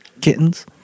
kittens